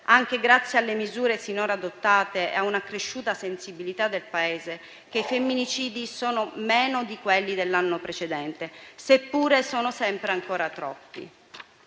anche grazie alle misure finora adottate e a un'accresciuta sensibilità del Paese, che i femminicidi sono meno di quelli dell'anno precedente, seppure sempre ancora troppi.